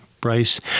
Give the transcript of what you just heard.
Bryce